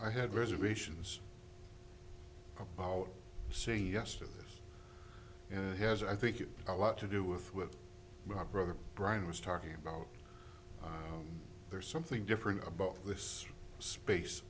i had reservations about say yes to this and it has i think it a lot to do with with my brother brian was talking about there's something different about this space